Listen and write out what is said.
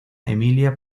emilia